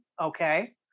Okay